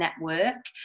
Network